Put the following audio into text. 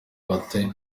bati